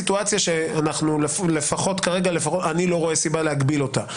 זו סיטואציה שלפחות כרגע אני לא רואה סיבה להגביל אותה.